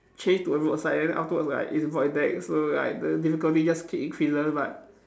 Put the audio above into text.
change to a road side then afterwards like it's void deck so like the difficulty just keep increases but